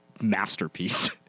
masterpiece